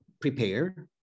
prepare